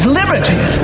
liberty